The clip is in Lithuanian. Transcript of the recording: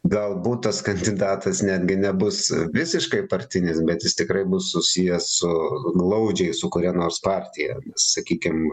galbūt tas kandidatas netgi nebus visiškai partinis bet jis tikrai bus susijęs su glaudžiai su kuria nors partija sakykim